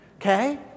Okay